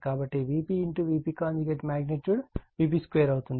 కాబట్టి VpVp magnitude Vp2 అవుతుంది